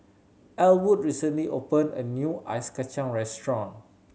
Ellwood recently open a new ice kacang restaurant